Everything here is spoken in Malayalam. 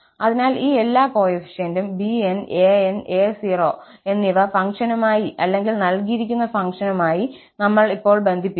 അതിനാൽ ഈ എല്ലാ കോഎഫിഷ്യന്റും bn an a0 എന്നിവ ഫംഗ്ഷനുമായി അല്ലെങ്കിൽ നൽകിയിരിക്കുന്ന ഫംഗ്ഷനുമായി നമ്മൾ ഇപ്പോൾ ബന്ധിപ്പിക്കുന്നു